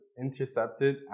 intercepted